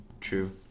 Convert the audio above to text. true